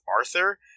Arthur